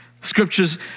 Scriptures